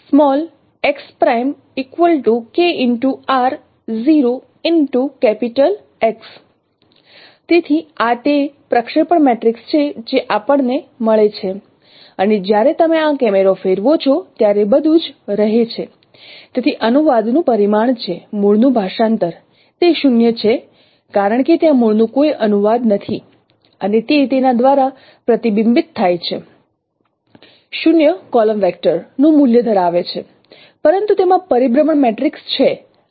તેથી આ તે પ્રક્ષેપણ મેટ્રિક્સ છે જે આપણને મળે છે અને જ્યારે તમે આ કેમરો ફેરવો છો ત્યારે બધુ જ રહે છે તેથી અનુવાદનું પરિમાણ છે મૂળનું ભાષાંતર તે 0 છે કારણ કે ત્યાં મૂળ નું કોઈ અનુવાદ નથી અને તે તેના દ્વારા પ્રતિબિંબિત થાય છે 0 કોલમ વેક્ટર નું મૂલ્ય ધરાવે છે પરંતુ તેમાં પરિભ્રમણ મેટ્રિક્સ છે